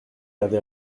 avait